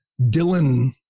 Dylan